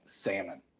salmon